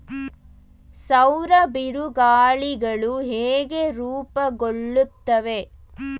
ಸೌರ ಬಿರುಗಾಳಿಗಳು ಹೇಗೆ ರೂಪುಗೊಳ್ಳುತ್ತವೆ?